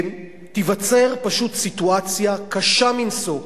תיווצר פשוט סיטואציה קשה מנשוא,